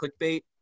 clickbait